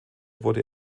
wurde